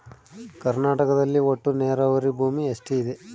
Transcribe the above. ಕರ್ನಾಟಕದಲ್ಲಿ ಒಟ್ಟು ನೇರಾವರಿ ಭೂಮಿ ಎಷ್ಟು ಇದೆ?